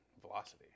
Velocity